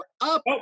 up